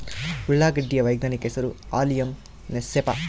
ಉಳ್ಳಾಗಡ್ಡಿ ಯ ವೈಜ್ಞಾನಿಕ ಹೆಸರು ಅಲಿಯಂ ಸೆಪಾ